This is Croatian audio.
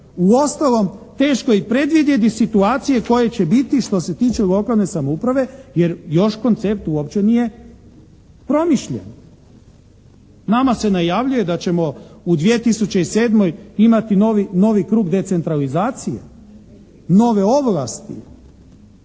Uostalom teško je i predvidjeti situacije koje će biti što se tiče lokalne samouprave jer još koncept uopće nije promišljen. Nama se najavljuje da ćemo u 2007. imati novi krug decentralizacije, nove ovlasti,